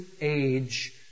age